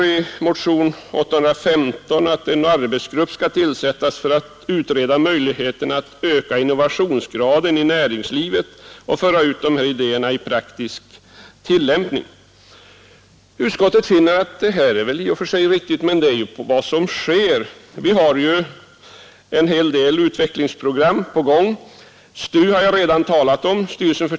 I motionen 815 föreslås att en arbetsgrupp skall tillsättas för att utreda möjligheterna att öka innovationsgraden i näringslivet och föra ut dessa idéer i praktisk tillämpning. Utskottet anser i och för sig detta vara riktigt, men det är ju vad som redan förekommer. Vi har en hel del utvecklingsprogram på gång. Jag har redan nämnt STU.